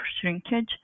shrinkage